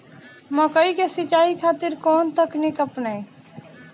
मकई के सिंचाई खातिर कवन तकनीक अपनाई?